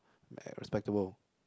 very respectable